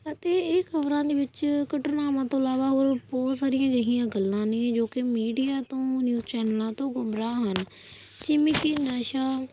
ਅਤੇ ਇਹ ਖਬਰਾਂ ਦੇ ਵਿੱਚ ਘਟਨਾਵਾਂ ਤੋਂ ਇਲਾਵਾ ਹੋਰ ਬਹੁਤ ਸਾਰੀਆਂ ਅਜਿਹੀਆਂ ਗੱਲਾਂ ਨੇ ਜੋ ਕਿ ਮੀਡੀਆ ਤੋਂ ਨਿਊਜ਼ ਚੈਨਲਾਂ ਤੋਂ ਗੁਮਰਾਹ ਹਨ ਜਿਵੇਂ ਕਿ ਨਸ਼ਾ